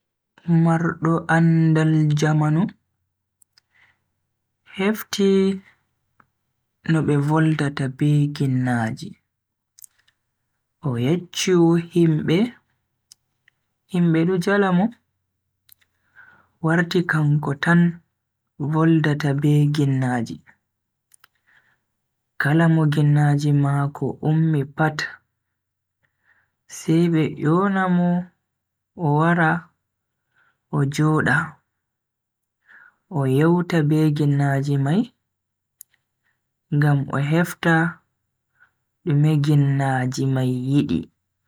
Mardo andal jamanu hefti no be voldata be ginnaji, o yecchiu himbe, himbe do jala mo. Warti kanko tan voldata be ginnaji, kala mo ginnaji mako ummi pat, sai be yona mo o wara o joda o yewta be ginnaji mai ngam o hefta dume ginnaji mai yidi.